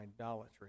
idolatry